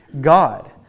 God